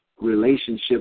relationship